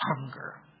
hunger